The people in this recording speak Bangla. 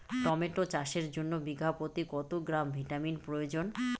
টমেটো চাষের জন্য বিঘা প্রতি কত গ্রাম ভিটামিন প্রয়োজন?